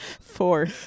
Four